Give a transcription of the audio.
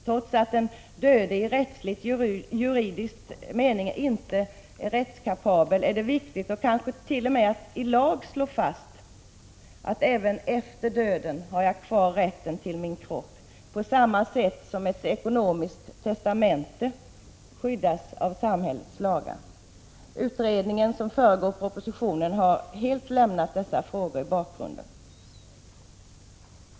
Trots att den döde i juridisk mening inte är rättskapabel, är det viktigt att kanske t.o.m. ilagslå fast, att man även efter döden har kvar rätten till sin kropp, på samma sätt som ett ekonomiskt testamente skyddas av samhällets lagar. Utredningen som föregått propositionen har helt lämnat dessa frågor i bakgrunden.